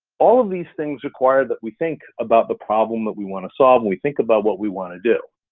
all of these things require that we think about the problem that we wanna solve, when we think about what we wanna do.